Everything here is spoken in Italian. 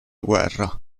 guerra